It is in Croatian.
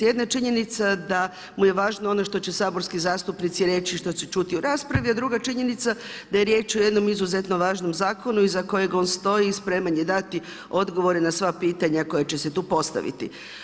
Jedna činjenica da mu je važno ono što će saborski zastupnici reći, što će čuti u raspravi a druga činjenica da je riječ o jednom izuzetno važnom zakonu iza kojeg on stoji i spreman je dati odgovore na sva pitanja koja će se tu postaviti.